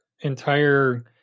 entire